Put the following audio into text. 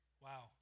Wow